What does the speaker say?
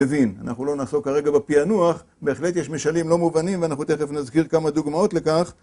אנחנו לא נעסוק כרגע בפענוח, בהחלט יש משלים לא מובנים ואנחנו תכף נזכיר כמה דוגמאות לכך,